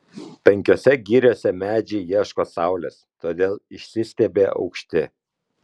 tankiose giriose medžiai ieško saulės todėl išsistiebia aukšti